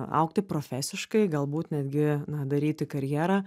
augti profesiškai galbūt netgi na daryti karjerą